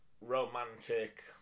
romantic